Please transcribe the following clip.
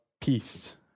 peace